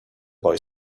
boy